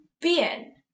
Bien